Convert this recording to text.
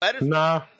Nah